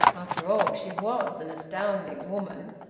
after all, she was an astounding woman.